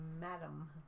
madam